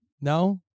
No